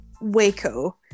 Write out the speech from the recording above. waco